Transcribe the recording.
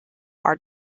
are